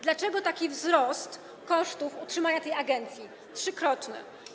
Dlaczego taki wzrost kosztów utrzymania tej agencji, trzykrotny?